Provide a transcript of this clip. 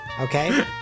okay